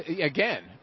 again